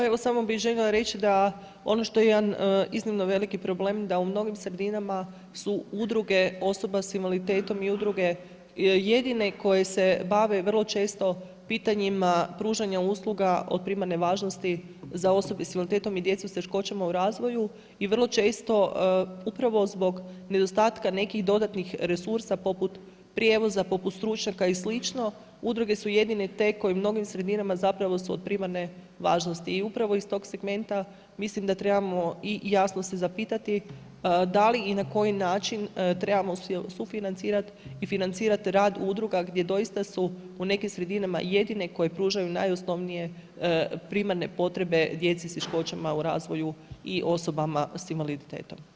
Pa evo samo bi željela reći da ono što je jedan iznimno veliki problem da u mnogim sredinama su udruge osoba sa invaliditetom i udruge jedine koje se bave vrlo često pitanjima pružanja usluga od primarne važnosti za osobe sa invaliditetom i djece s teškoćama u razvoju i vrlo često upravo zbog nedostatka nekih dodatnih resursa poput prijevoza poput stručnjaka i slično, udruge su jedine te koje u mnogim sredinama zapravo su od primarne važnosti i upravo iz tog segmenta mislim da trebamo i jasno se zapitati da li i na koji način trebamo sufinancirati i financirati rad udruga gdje doista su u nekim sredinama jedine koje pružaju najosnovnije primarne potrebe djeci s teškoćama u razvoju i osobama sa invaliditetom.